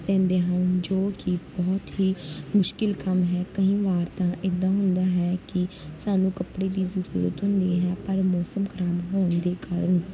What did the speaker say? ਪੈਂਦੇ ਹਨ ਜੋ ਕਿ ਬਹੁਤ ਹੀ ਮੁਸ਼ਕਿਲ ਕੰਮ ਹੈ ਕਈ ਵਾਰ ਤਾਂ ਇੱਦਾਂ ਹੁੰਦਾ ਹੈ ਕਿ ਸਾਨੂੰ ਕੱਪੜੇ ਦੀ ਜ਼ਰੂਰਤ ਹੁੰਦੀ ਹੈ ਪਰ ਮੌਸਮ ਖਰਾਬ ਹੋਣ ਦੇ ਕਾਰਨ